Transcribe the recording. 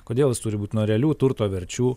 kodėl jis turi būt nuo realių turto verčių